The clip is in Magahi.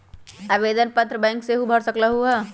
आवेदन पत्र बैंक सेहु भर सकलु ह?